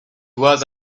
was